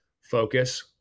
focus